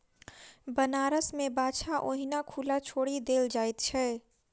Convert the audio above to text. बनारस मे बाछा ओहिना खुला छोड़ि देल जाइत छै